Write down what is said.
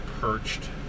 perched